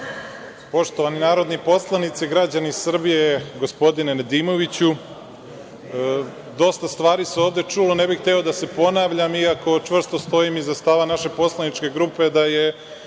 Poštovani narodni poslanici, građani Srbije, gospodine Nedimoviću, dosta stvari se ovde čulo, ne bih hteo da se ponavljam, iako čvrsto stojim iza stava naše poslaničke grupe da je